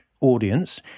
audience